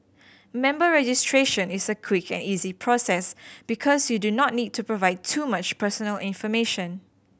member registration is a quick and easy process because you do not need to provide too much personal information